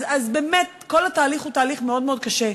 אז באמת, כל התהליך הוא מאוד מאוד קשה.